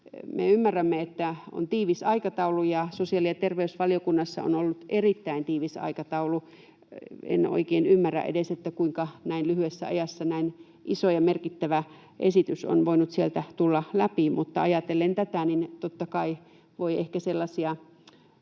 Me ymmärrämme, että on tiivis aikataulu ja sosiaali‑ ja terveysvaliokunnassa on ollut erittäin tiivis aikataulu. En oikein edes ymmärrä, kuinka näin lyhyessä ajassa näin iso ja merkittävä esitys on voinut sieltä tulla läpi. Tätä ajatellen totta kai voi ehkä olla sellaisia,